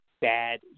Bad